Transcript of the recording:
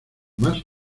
más